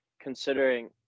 considering